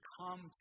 come